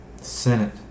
senate